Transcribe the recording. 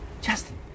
Justin